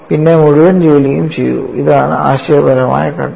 പിന്നെ മുഴുവൻ ജോലിയും ചെയ്തു ഇതാണ് ആശയപരമായ ഘട്ടം